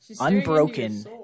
Unbroken